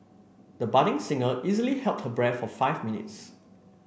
the budding singer easily held her breath for five minutes